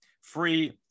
free